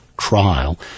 trial